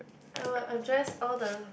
I will address all the